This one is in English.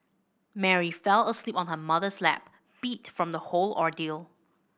Mary fell asleep on her mother's lap beat from the whole ordeal